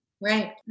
Right